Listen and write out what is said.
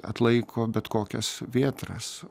atlaiko bet kokias vėtras